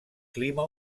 clima